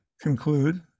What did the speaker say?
conclude